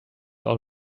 all